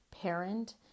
parent